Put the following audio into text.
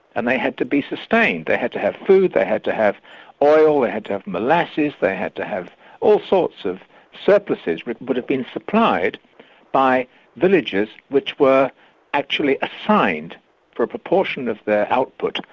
and they had to be sustained. they had to have food, they had to have oil, they had to have molasses, they had to have all sorts of surpluses which would have been supplied by villagers which were actually assigned for a proportion of their output,